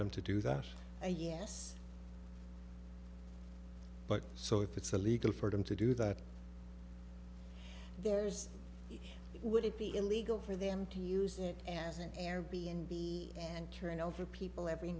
them to do that yes but so if it's illegal for them to do that there's it would it be illegal for them to use it as an air b n b and turn over people every